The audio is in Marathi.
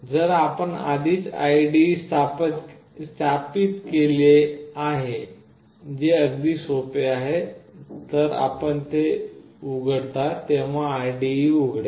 जर आपण आधीच IDE स्थापित केले आहे जे अगदी सोपे आहे तर आपण ते उघडता तेव्हा IDE उघडेल